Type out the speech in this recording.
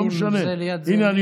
הינה,